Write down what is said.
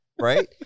right